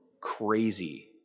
crazy